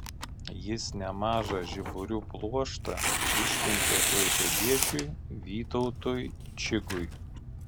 jis nemažą žiburių pluoštą išsiuntė klaipėdiečiui vytautui čigui